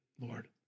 Lord